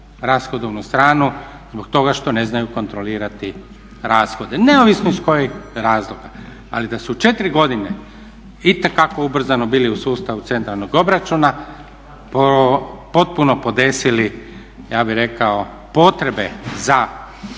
rashodovnu stranu zbog toga što ne znaju kontrolirati rashode. Neovisno iz kojeg razloga. Ali da su 4 godine itekako ubrzano bili u sustavu centralnog obračuna potpuno podesili ja bih rekao potrebe za